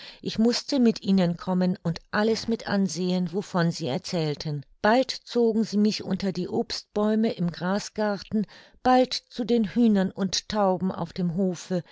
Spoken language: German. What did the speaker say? ich mußte mit ihnen kommen und alles mit ansehen wovon sie erzählten bald zogen sie mich unter die obstbäume im grasgarten bald zu den hühnern und tauben auf dem hofe